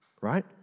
Right